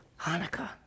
Hanukkah